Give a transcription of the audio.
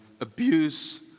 abuse